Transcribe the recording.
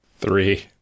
Three